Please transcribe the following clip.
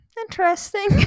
Interesting